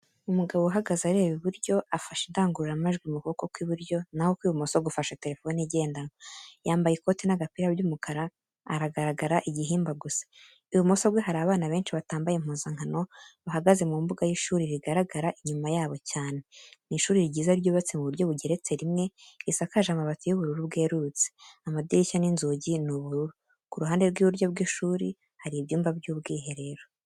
Umugabo uhagaze areba iburyo, afashe indangururamajwi mu kuboko kw'iburyo naho ukw'ibumoso gufashe terefoni igendanwa, yambaye ikoti n'agapira by'umukara, aragaragara igihimba gusa. Ibumoso bwe hari abana benshi batambaye impuzankano, bahagaze mu mbuga y'ishuri, rigaragara inyuma ya bo cyane. Ni ishuri ryiza, ryubatse ku buryo bugeretse rimwe, risakaje amabati y'ubururu bwerurutse, amadirishya n'inzugi ni ubururu. Ku ruhande rw'iburyo bw'ishuri hari ibyuma by'ubwiherero.